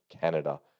canada